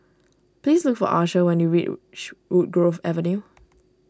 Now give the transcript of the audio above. please look for Archer when you reach Woodgrove Avenue